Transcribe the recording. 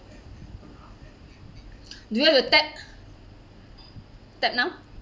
do you have to tap tap now